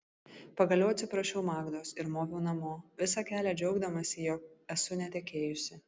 pagaliau atsiprašiau magdos ir moviau namo visą kelią džiaugdamasi jog esu netekėjusi